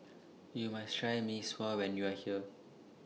YOU must Try Mee Sua when YOU Are here